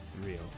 real